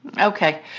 Okay